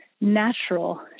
natural